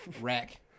rack